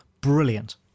brilliant